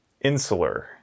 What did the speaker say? Insular